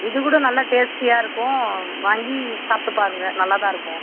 இதுகூட நல்லா டேஸ்டியாக இருக்கும் வாங்கி சாப்பிட்டு பாருங்கள் நல்லாதான் இருக்கும்